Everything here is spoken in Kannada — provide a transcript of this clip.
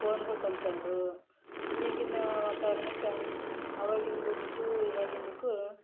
ಫೋನ್ಗಳ್ ತಂದ್ಕೊಂಡ್ರು ಈಗಿನ ವಾತಾವರಣಕ್ಕೆ ಆವಾಗಿಂದಕ್ಕು ಇವಾಗಿಂದಕ್ಕು